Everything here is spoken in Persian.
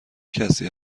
کسی